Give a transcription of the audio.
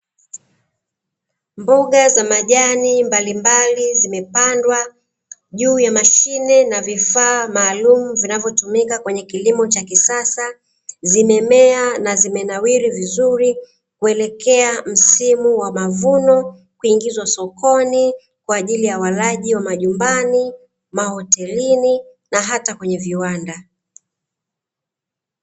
Mboga za majani mbalimbali zimepandwa juu ya mashine na vifaa maalumu vinavyotumika kwenye kilimo cha kisasa. Zimemea na zimenawiri vizuri kuelekea msimu wa mavuno, kuingizwa sokoni kwa ajili ya walaji wa majumbani, mahotelini na hata kwenye viwanda.